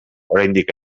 oraindik